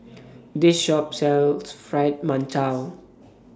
This Shop sells Fried mantou